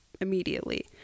immediately